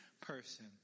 person